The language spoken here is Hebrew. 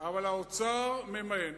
אבל האוצר ממאן.